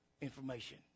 Information